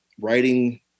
writing